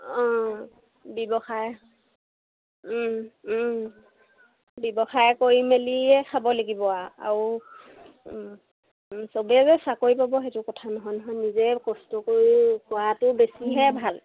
ব্যৱসায় ব্যৱসায় কৰি মেলিয়ে খাব লাগিব আ আৰু চবেই যে চাকৰি পাব সেইটো কথা নহয় নহয় নিজে কষ্ট কৰি খোৱাটো বেছিহে ভাল